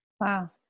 Wow